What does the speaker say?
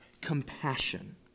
Compassion